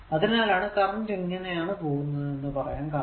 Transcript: അതിനാലാണ് കറന്റ് ഇങ്ങനെ യാണ് പോകുന്നത് എന്ന് പറയാൻ കാരണം